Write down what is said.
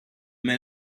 men